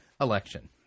Election